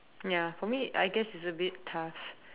ya for me I guess it's a bit tough